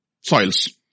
soils